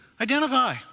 identify